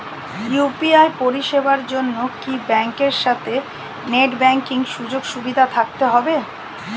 UPI পরিষেবার জন্য কি ব্যাংকের সাথে নেট ব্যাঙ্কিং সুযোগ সুবিধা থাকতে হবে?